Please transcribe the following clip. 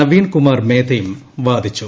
നവീൻ കുമാർ മേത്തയും വാദിച്ചു